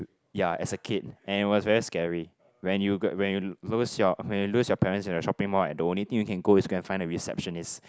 ya as a kid and it was very scary when you go when you lose your when you lose your parents in the shopping mall ah the only thing you can go is go and find a receptionist